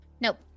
Nope